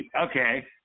Okay